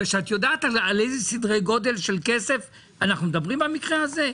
את יודעת על איזה סדרי גודל של כסף אנחנו מדברים במקרה הזה?